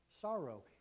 sorrow